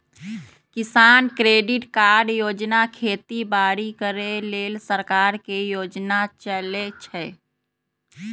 किसान credit card योजना खेती बाड़ी करे लेल सरकार के योजना चलै छै